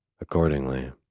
Accordingly